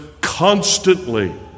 constantly